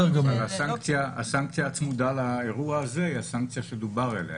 הסנקציה הצמודה לאירוע הזה היא הסנקציה שדובר עליה,